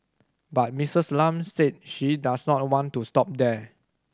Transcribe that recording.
but Misses Lam said she does not want to stop there